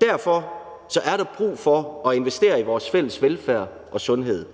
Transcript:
Derfor er der brug for at investere i vores fælles velfærd og sundhed.